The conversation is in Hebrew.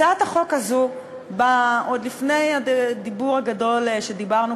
הצעת החוק הזאת באה עוד לפני הדיבור הגדול שדיברנו